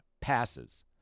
passes